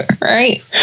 Right